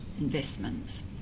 investments